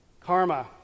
Karma